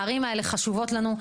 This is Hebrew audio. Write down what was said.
הערים האלה חשובות לנו.